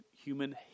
human